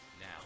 Now